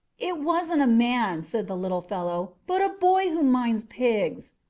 it wasn't a man, said the little fellow, but a boy who minds pigs.